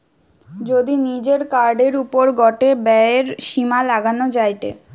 যদি নিজের কার্ডের ওপর গটে ব্যয়ের সীমা লাগানো যায়টে